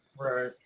right